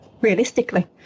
realistically